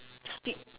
spit